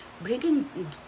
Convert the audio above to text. bringing